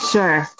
Sure